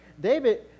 David